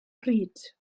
pryd